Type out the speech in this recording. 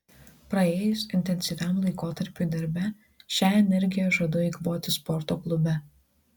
praėjus intensyviam laikotarpiui darbe šią energiją žadu eikvoti sporto klube